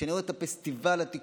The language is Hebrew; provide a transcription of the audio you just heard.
וכשאני רואה את הפסטיבל התקשורתי,